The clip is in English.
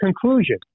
conclusion